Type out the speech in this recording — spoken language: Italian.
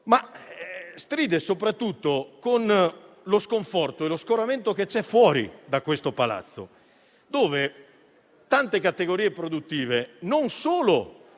Ciò stride soprattutto con lo sconforto e lo scoramento che c'è fuori da questo palazzo, dove tante categorie produttive pagano,